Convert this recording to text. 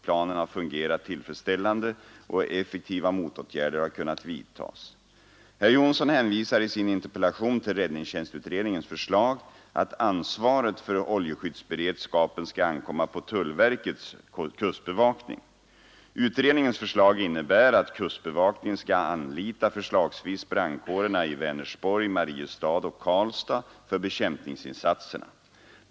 Planen har fungerat tillfredsställande och effektiva motåtgärder har kunnat vidtas. Herr Jonsson hänvisar i sin interpellation till räddnings ningens förslag att ansvaret för oljeskyddsberedskapen skall ankomma på tullverkets kustbevakning. Utredningens förslag innebär att kustbevakningen skall anlita förslagsvis brandkårerna i Vänersborg, Mariestad och Karlstad för bekämpningsinsatserna.